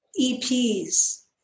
EPs